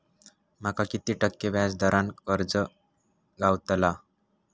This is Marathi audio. माका किती टक्के व्याज दरान कर्ज गावतला?